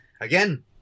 Again